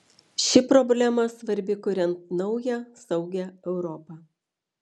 ši problema svarbi kuriant naują saugią europą